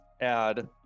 add